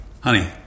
Honey